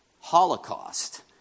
Holocaust